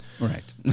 Right